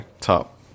top